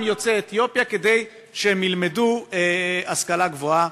יוצאי אתיופיה כדי שהם ילמדו במוסדות להשכלה גבוהה.